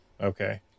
Okay